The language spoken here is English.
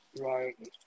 Right